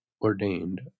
ordained